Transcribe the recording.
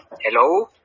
Hello